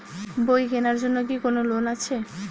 বই কেনার জন্য কি কোন লোন আছে?